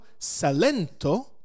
Salento